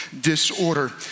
disorder